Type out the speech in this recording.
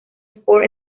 sport